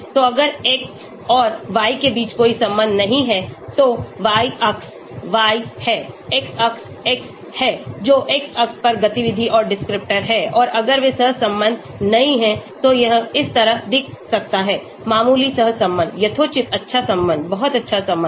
तो अगर x और y के बीच कोई संबंध नहीं है तो y अक्ष y है x अक्ष x है जो x अक्ष पर गतिविधि और डिस्क्रिप्टर है और अगर वे सहसंबद्ध नहीं हैं तो यह इस तरह दिख सकता है मामूली सहसंबंध यथोचित अच्छा संबंध बहुत अच्छा संबंध